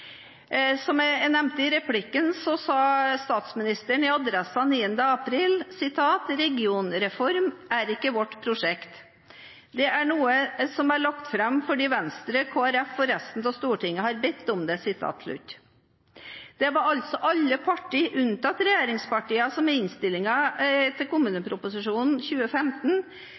Som jeg nevnte i en replikk, sa statsministeren i Adresseavisen den 9. april: «Regionreformen er ikke vårt prosjekt. Den er noe vi har lagt frem fordi Venstre, KrF og resten av stortinget har bedt oss om det.» Det var altså alle partier, unntatt regjeringspartiene, som i innstillingen om kommuneproposisjonen for 2015